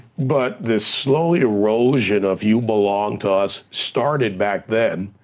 but this slow erosion of you belong to us started back then,